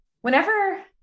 whenever